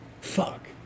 Fuck